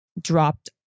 dropped